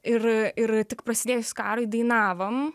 ir ir tik prasidėjus karui dainavom